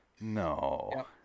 No